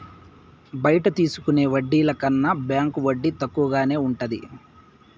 బయట తీసుకునే వడ్డీల కన్నా బ్యాంకు వడ్డీ తక్కువగానే ఉంటది